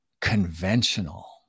conventional